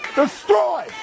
destroy